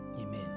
Amen